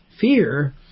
fear